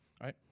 right